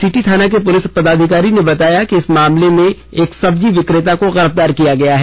city थाना के police पदाधिकारी ने बताया कि इस मामलें मे एक सब्जी विक्रेता को गिरफ्तार किया गया है